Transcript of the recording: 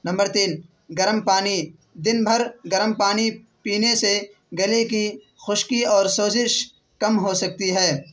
number تین گرم پانی دن بھر گرم پانی پینے سے گلے کی خشکی اور سوزش کم ہو سکتی ہے